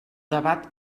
debat